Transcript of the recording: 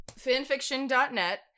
fanfiction.net